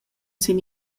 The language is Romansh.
sin